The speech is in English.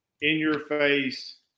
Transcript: in-your-face